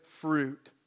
fruit